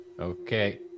Okay